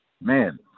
man